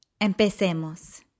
Empecemos